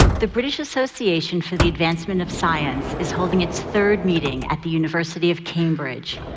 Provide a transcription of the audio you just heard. the british association for the advancement of science is holding its third meeting at the university of cambridge.